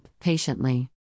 patiently